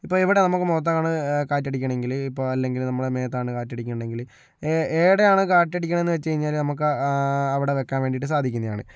ഇപ്പോൾ എവിടെ നമ്മൾക്ക് മുഖത്താണ് കാറ്റടിക്കണമെങ്കില് ഇപ്പോൾ അല്ലെങ്കില് നമ്മളെ മേത്താണ് കാറ്റടിക്കേണ്ടതെങ്കില് എവിടെയാണ് കാറ്റടിക്കണമെന്നു വച്ച് കഴിഞ്ഞാല് നമ്മൾക്ക് ആ അവിടെ വയ്ക്കാൻ വേണ്ടിയിട്ട് സാധിക്കുന്നതാണ്